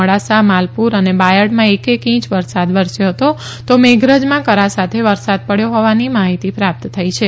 મોડાસા માલપુર અને બાયડમાં એક એક ઇંચ વરસાદ વરસ્યો હતો તો મેઘરજમાં કરા સાથે વરસાદ પડ્યો હોવાની માહિતી પ્રાપ્ત થઇ છે